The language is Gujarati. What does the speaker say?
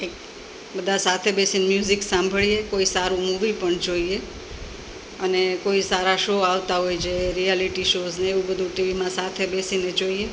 એક બધા સાથે બેસીને મ્યુઝિક સાંભળીએ કોઈ સારું મૂવી પણ જોઈએ અને કોઈ સારા શો આવતા હોય જે રિયાલિટી સોઝ ને એવું બધુ ટીવીમાં સાથે બેસીને જોઈએ